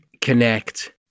connect